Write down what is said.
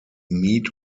meet